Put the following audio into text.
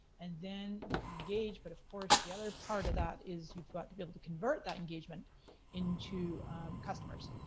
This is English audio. and then you can engage, but of course, the other part of that, is you've got to be able to convert that engagement into customers.